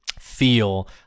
feel